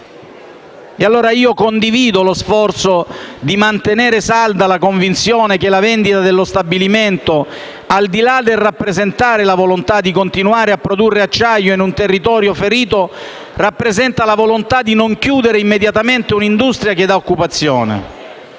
Condivido dunque lo sforzo di mantenere salda la convinzione che la vendita dello stabilimento, al di là del rappresentare la volontà di continuare a produrre acciaio in un territorio ferito, rappresenta la volontà di non chiudere immediatamente un'industria che dà occupazione.